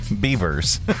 beavers